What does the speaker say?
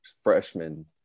freshman